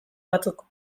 batzuk